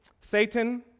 Satan